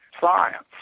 science